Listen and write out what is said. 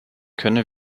könne